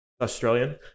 Australian